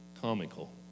comical